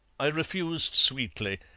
i refused sweetly,